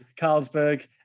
carlsberg